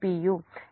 u